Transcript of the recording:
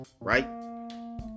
right